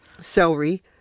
Celery